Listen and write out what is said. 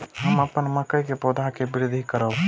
हम अपन मकई के पौधा के वृद्धि करब?